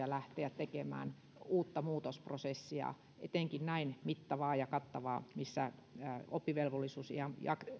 lähteä tekemään uutta muutosprosessia etenkään näin mittavaa ja kattavaa josta oppivelvollisuusiän